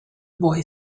boy